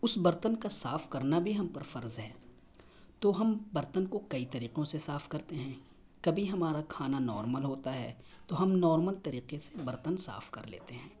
اس برتن کا صاف کرنا بھی ہم پر فرض ہے تو ہم برتن کو کئی طریقوں سے صاف کرتے ہیں کبھی ہمارا کھانا نارمل ہوتا ہے تو ہم نارمل طریقے سے برتن صاف کر لیتے ہیں